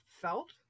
felt